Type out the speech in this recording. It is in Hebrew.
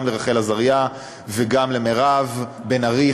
גם לרחל עזריה וגם למירב בן ארי,